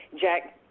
Jack